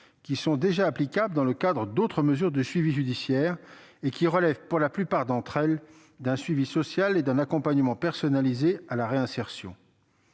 déjà applicables dans le cadre d'autres mesures de suivi judiciaire et qui relèvent, pour la plupart, d'un suivi social et d'un accompagnement personnalisé à la réinsertion.